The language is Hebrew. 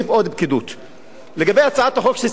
לגבי הצעת החוק שציינת, אדוני השר,